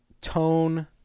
tone